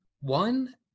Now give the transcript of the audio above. One